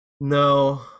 no